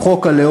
את חוק הלאום,